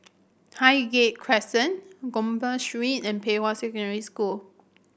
Highgate Crescent Gopeng Street and Pei Hwa Secondary School